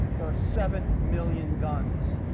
there are seven million guns.